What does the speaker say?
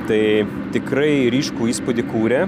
tai tikrai ryškų įspūdį kūrė